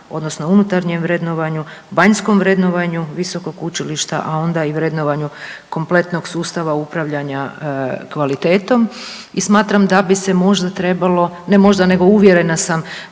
odnosno unutarnjem vrednovanju, vanjskom vrednovanju visokog učilišta, a onda i vrednovanju kompletnog sustava upravljanja kvalitetom. I smatram da bi se možda trebalo, ne možda nego uvjerena sam,